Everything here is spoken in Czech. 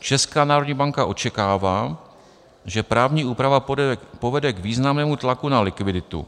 Česká národní banka očekává, že právní úprava povede k významnému tlaku na likviditu.